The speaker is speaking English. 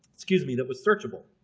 excuse me that was searchable